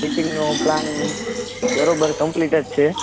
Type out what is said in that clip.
ટીચિંગનો plan બરાબર complete જ છે